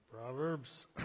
Proverbs